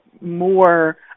more